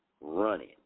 Running